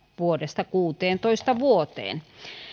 vuodesta kuusitoista vuoteen